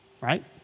right